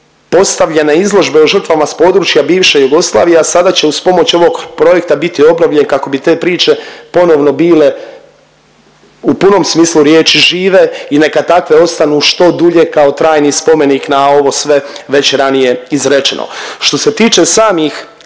postavljene izložbe o žrtvama s područja bivše Jugoslavije, a sada će uz pomoć ovog projekta biti obnovljen kako bi te priče ponovno bile u punom smislu riječi žive i neka takve ostanu što dulje kao trajni spomenik na ovo sve već ranije izrečeno. Što se tiče samih,